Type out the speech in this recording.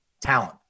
talent